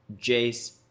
Jace